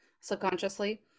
subconsciously